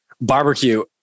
barbecue